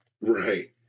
Right